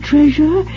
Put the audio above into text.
Treasure